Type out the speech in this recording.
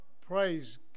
Praise